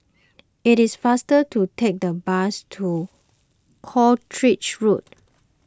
it is faster to take the bus to Croucher Road